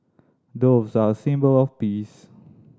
doves are symbol of peace